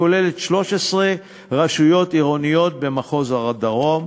שכוללת 13 רשויות עירוניות במחוז הדרום.